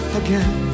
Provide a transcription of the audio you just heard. again